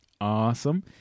Awesome